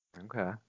Okay